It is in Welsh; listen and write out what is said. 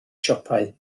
siopau